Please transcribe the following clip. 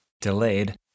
delayed